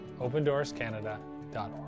opendoorscanada.org